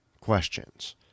questions